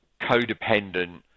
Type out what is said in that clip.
codependent